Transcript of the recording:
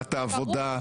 בוועדת העבודה,